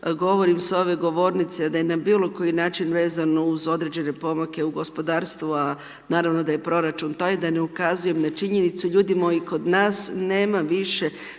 govorim s ove govornice da je na bilo koji način vezano uz određene pomake u gospodarstvu, a naravno da je proračun taj, da ne ukazujem na činjenicu, ljudi moji, kod nas nema više